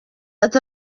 ati